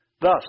Thus